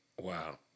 Wow